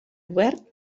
obert